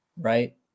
right